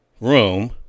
room